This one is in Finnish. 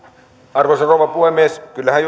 arvoisa rouva puhemies kyllähän